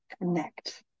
connect